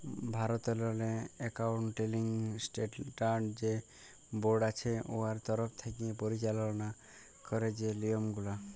ভারতেরলে accounting standard যে board আছে উয়ার তরফ থ্যাকে পরিচাললা ক্যারে যে লিয়মগুলা